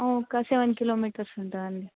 ఒక seven kilometres ఉంటుందండి